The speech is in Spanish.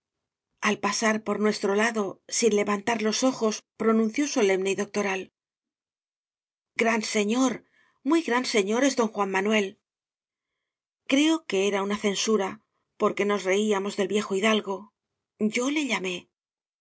al pasar por nuestro lado sin levantar los ojos pro nunció solemne y doctoral gran señor muy gran señor es don juan manuel creo que era una censura porque nos reíamos del viejo hidalgo yo le llamé